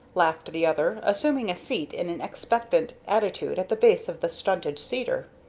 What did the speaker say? laughed the other, assuming a seat in an expectant attitude at the base of the stunted cedar.